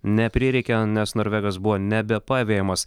neprireikė nes norvegas buvo nebepavejamas